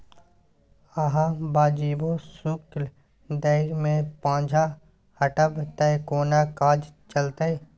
अहाँ वाजिबो शुल्क दै मे पाँछा हटब त कोना काज चलतै